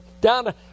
down